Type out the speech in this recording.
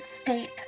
state